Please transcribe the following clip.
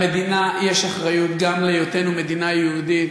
למדינה יש אחריות גם להיותנו מדינה יהודית,